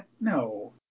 no